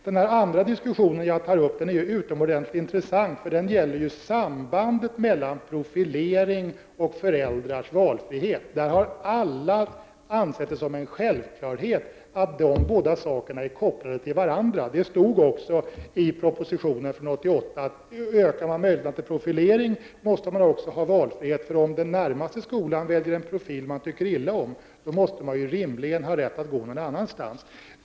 Den andra diskussionen som jag tog upp är utomordentligt viktig, eftersom den gäller sambandet mellan profilering och valfrihet. Tidigare har alla ansett det vara en självklarhet att dessa saker är kopplade till varandra. Det stod också i propositionen från 1988 att om man ökar möjligheterna till profilering måste det också finnas valfrihet. Om den närmaste skolan väljer en profil som eleven tycker illa om, måste ju eleven rimligen ha rätt att välja någon annan skola.